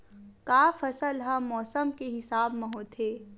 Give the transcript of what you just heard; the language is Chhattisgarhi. का फसल ह मौसम के हिसाब म होथे?